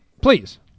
Please